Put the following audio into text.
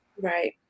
Right